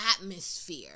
atmosphere